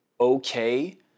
okay